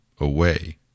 away